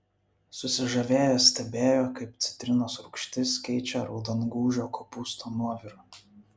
susižavėję stebėjo kaip citrinos rūgštis keičia raudongūžio kopūsto nuovirą